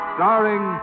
Starring